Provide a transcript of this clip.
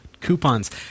coupons